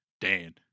Dan